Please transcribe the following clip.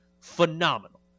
phenomenal